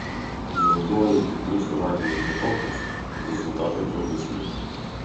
naudojant kitus radioizotopus rezultatai blogesni